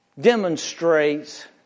demonstrates